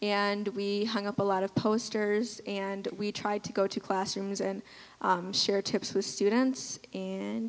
and we hung up a lot of posters and we tried to go to classrooms and share tips with students and